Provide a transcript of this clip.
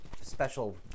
Special